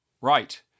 right